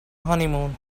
honeymoon